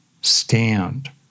stand